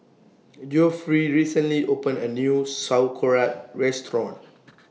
Geoffrey recently opened A New Sauerkraut Restaurant